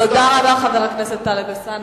תודה רבה, חבר הכנסת טלב אלסאנע.